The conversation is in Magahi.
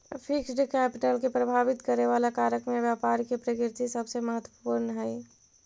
फिक्स्ड कैपिटल के प्रभावित करे वाला कारक में व्यापार के प्रकृति सबसे महत्वपूर्ण हई